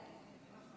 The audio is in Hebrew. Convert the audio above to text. שקט?